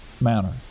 manner